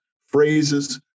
phrases